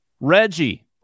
Reggie